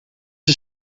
een